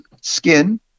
skin